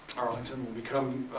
arlington will become,